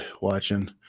watching